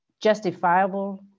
justifiable